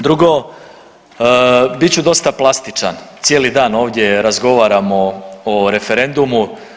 Drugo, bit ću dosta plastičan, cijeli dan ovdje razgovaramo o referendumu.